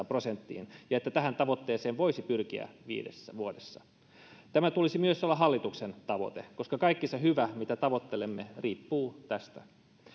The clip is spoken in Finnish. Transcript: prosenttiin ja että tähän tavoitteeseen voisi pyrkiä viidessä vuodessa tämän tulisi olla myös hallituksen tavoite koska kaikki se hyvä mitä tavoittelemme riippuu tästä